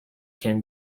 can